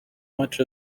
much